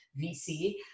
VC